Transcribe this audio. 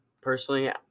Personally